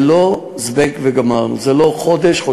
זה לא "זבנג וגמרנו", זה לא חודש-חודשיים.